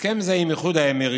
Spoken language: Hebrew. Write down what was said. הסכם זה עם איחוד האמירויות